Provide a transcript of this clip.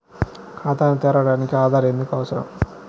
ఖాతాను తెరవడానికి ఆధార్ ఎందుకు అవసరం?